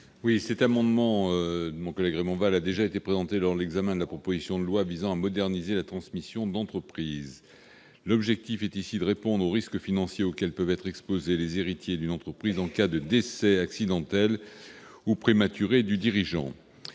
Cet amendement, dont mon collègue Raymond Vall est le premier signataire, a déjà été présenté lors de l'examen de la proposition de loi visant à moderniser la transmission d'entreprise. Notre objectif est de répondre aux risques financiers auxquels peuvent être exposés les héritiers d'une entreprise en cas de décès accidentel ou prématuré du dirigeant.